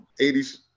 80s